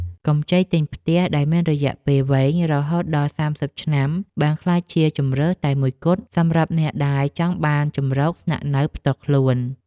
កម្ចីទិញផ្ទះដែលមានរយៈពេលវែងរហូតដល់សាមសិបឆ្នាំបានក្លាយជាជម្រើសតែមួយគត់សម្រាប់អ្នកដែលចង់បានជម្រកស្នាក់នៅផ្ទាល់ខ្លួន។